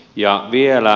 ja vielä